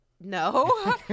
No